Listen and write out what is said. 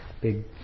big